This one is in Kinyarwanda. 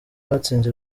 batsinze